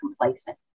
complacent